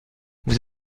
vous